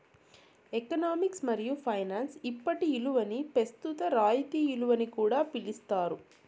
economics మరియు finance ఇప్పటి ఇలువని పెస్తుత రాయితీ ఇలువని కూడా పిలిస్తారు